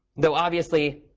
though, obviously,